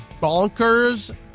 bonkers